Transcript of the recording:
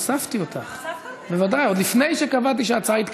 אצרף אותך לפרוטוקול עוד רגע.